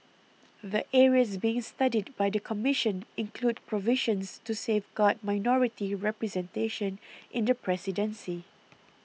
the areas being studied by the Commission include provisions to safeguard minority representation in the presidency